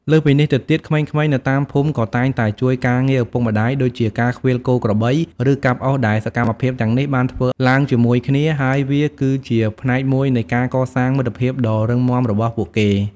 លើសពីនេះទៅទៀត ក្មេងៗនៅតាមភូមិក៏តែងតែជួយការងារឪពុកម្តាយដូចជាការឃ្វាលគោក្របី ឬកាប់អុសដែលសកម្មភាពទាំងនេះបានធ្វើឡើងជាមួយគ្នា ហើយវាគឺជាផ្នែកមួយនៃការកសាងមិត្តភាពដ៏រឹងមាំរបស់ពួកគេ។